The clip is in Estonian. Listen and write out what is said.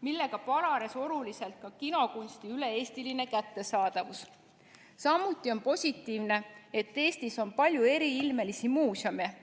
millega paranes oluliselt kinokunsti üle-eestiline kättesaadavus. Samuti on positiivne, et Eestis on palju eriilmelisi muuseume,